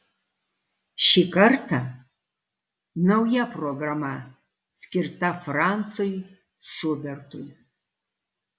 šį kartą nauja programa skirta francui šubertui